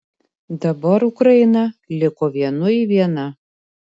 dabar ukraina liko vienui viena